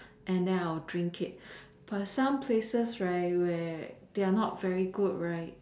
and then I will drink it but some places right where they are not very good right